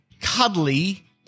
cuddly